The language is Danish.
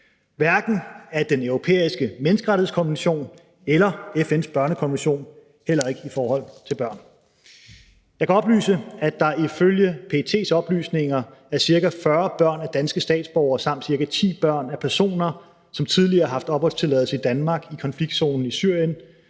hverken af Den Europæiske Menneskerettighedskonvention eller FN's børnekonvention, heller ikke i forhold til børn. Jeg kan oplyse, at der ifølge PET's oplysninger er ca. 40 børn af danske statsborgere samt cirka 10 børn af personer, som tidligere har haft opholdstilladelse i Danmark, i konfliktzoner i Syrien